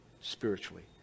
spiritually